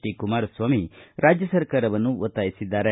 D Kumaraswamy ರಾಜ್ಯ ಸರ್ಕಾರವನ್ನು ಒತ್ತಾಯಿಸಿದ್ದಾರೆ